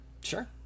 sure